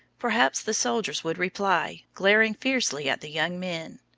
perhaps the soldiers would reply, glaring fiercely at the young men.